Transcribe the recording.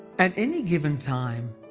at any given time,